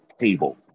table